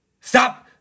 Stop